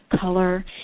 color